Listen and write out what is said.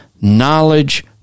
knowledge